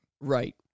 Right